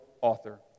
author